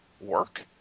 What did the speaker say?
work